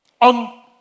On